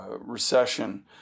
Recession